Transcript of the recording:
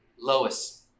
Lois